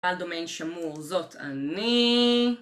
על דומיין שמור זאת אני